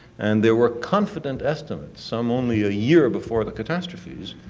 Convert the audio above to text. and there were confident estimates, some only a year before the catastrophes,